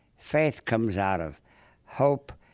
faith comes out of hope.